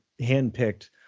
handpicked